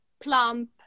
plump